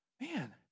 man